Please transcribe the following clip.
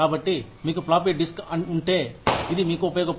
కాబట్టి మీకు floppy disk ఉంటే ఇది మీకు ఉపయోగపడదు